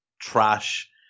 trash